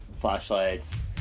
flashlights